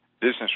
business